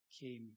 came